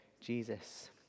Jesus